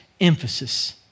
emphasis